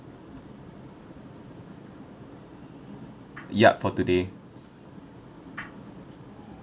yup for today